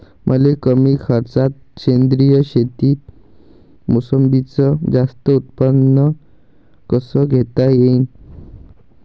मले कमी खर्चात सेंद्रीय शेतीत मोसंबीचं जास्त उत्पन्न कस घेता येईन?